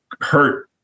hurt